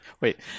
Wait